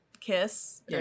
Kiss